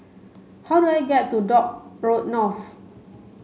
how do I get to Dock Road North